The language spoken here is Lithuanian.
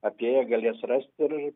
atėję galės rast ir